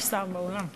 יש שר באולם,